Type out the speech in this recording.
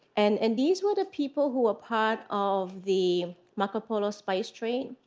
and and these were the people who are part of the marco polo spice trade,